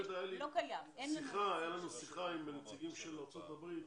הייתה לנו שיחה עם הנציגים של ארצות הברית.